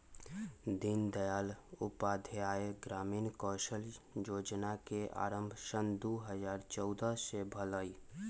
दीनदयाल उपाध्याय ग्रामीण कौशल जोजना के आरम्भ सन दू हज़ार चउदअ से भेलइ